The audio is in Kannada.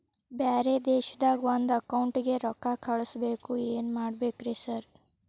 ಬ್ಯಾರೆ ದೇಶದಾಗ ಒಂದ್ ಅಕೌಂಟ್ ಗೆ ರೊಕ್ಕಾ ಕಳ್ಸ್ ಬೇಕು ಏನ್ ಮಾಡ್ಬೇಕ್ರಿ ಸರ್?